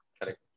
Correct